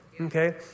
okay